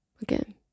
again